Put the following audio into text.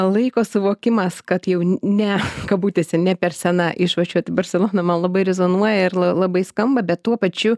laiko suvokimas kad jau ne kabutėse ne per sena išvažiuot į barseloną man labai rezonuoja ir la labai skamba bet tuo pačiu